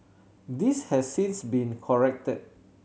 this has since been corrected